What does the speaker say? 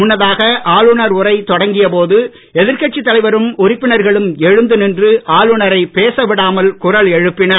முன்னதாக ஆளுநர் உரை தொடங்கிய போது எதிர்கட்சித் தலைவரும்உறுப்பினர்களும் எழுந்து நின்று ஆளுநரை பேச வி டாமல் குரல் எழுப்பினர்